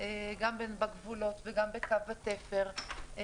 גם בגבולות וגם בקו התפר.